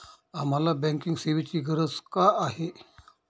आम्हाला बँकिंग सेवेची गरज का आहे?